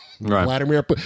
Vladimir